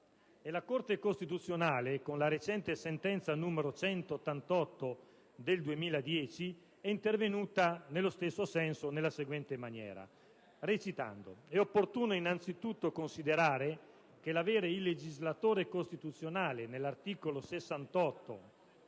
la Corte costituzionale, con la recente sentenza n. 188 del 2010, è intervenuta nello stesso senso nella seguente maniera, recitando: «E' opportuno, innanzitutto, considerare che l'avere il legislatore costituzionale (articolo 68 della